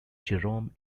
jerome